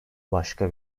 başka